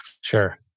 Sure